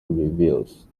reviews